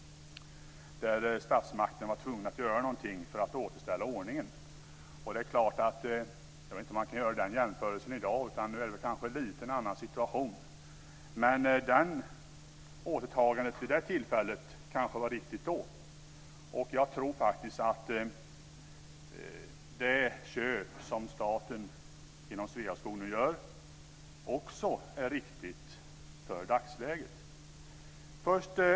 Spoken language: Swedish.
Statsmakten var tvungen att göra någonting för att återställa ordningen. Jag vet inte om man kan göra den jämförelsen i dag. Nu är det kanske en lite annan situation. Men återtagandet vid det tillfället var kanske riktigt då, och jag tror faktiskt att det köp som staten genom Sveaskog nu gör också är riktigt i dagsläget.